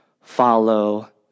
follow